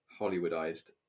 hollywoodized